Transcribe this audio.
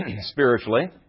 Spiritually